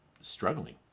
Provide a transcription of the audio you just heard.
struggling